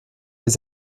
les